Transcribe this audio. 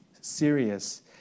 serious